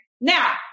Now